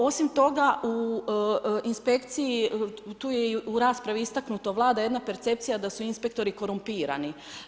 Osim toga, u inspekciji, tu je u raspravi istaknuto, vlada jedna percepcija da su inspektori korumpirani.